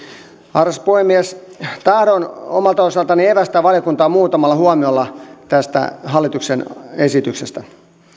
arvoisa puhemies tahdon omalta osaltani evästää valiokuntaa muutamalla huomiolla tästä hallituksen esityksestä